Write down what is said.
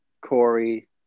Corey